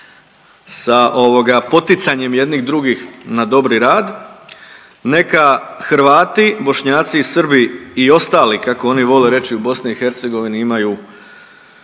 sa poticanjem jedni drugih na dobri rad, neka Hrvati, Bošnjaci i Srbi i ostali kako oni vole reći u BiH imaju